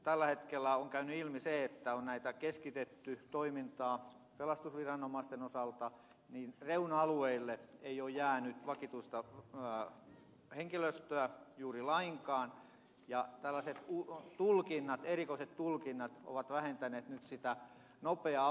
tällä hetkellä on käynyt ilmi se että kun on keskitetty toimintaa pelastusviranomaisten osalta niin reuna alueille ei ole jäänyt vakituista henkilöstöä juuri lainkaan ja tällaiset erikoiset tulkinnat ovat vähentäneet nyt sitä nopeaa avunsaantia